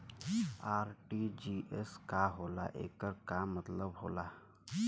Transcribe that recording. RTGS का होला एकर का मतलब होला?